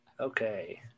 Okay